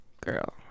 girl